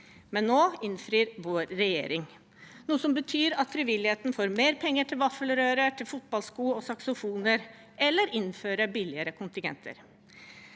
Nå innfrir vår regjering. Det betyr at frivilligheten får mer penger til vaffel røre, fotballsko og saksofoner, eller innfører billigere kontingenter.